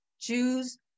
Jews